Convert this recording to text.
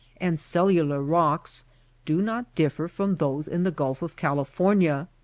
and cellular rocks do not differ from those in the gulf of california.